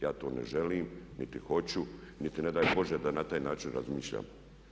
Ja to ne želim, niti hoću niti ne daj Bože da na taj način razmišljam.